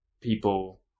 people